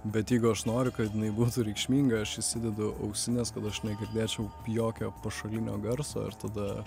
bet jeigu aš noriu kad jinai būtų reikšminga aš įsidedu ausines kad aš negirdėčiau jokio pašalinio garso ir tada